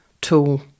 tool